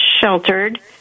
sheltered